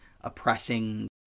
oppressing